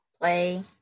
play